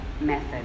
method